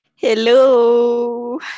Hello